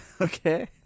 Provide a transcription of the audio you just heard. Okay